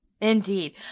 Indeed